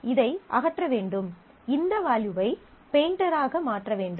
நாம் இதை அகற்ற வேண்டும் இந்த வேல்யூவை பெயிண்டர் ஆக மாற்ற வேண்டும்